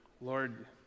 Lord